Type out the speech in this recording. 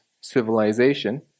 civilization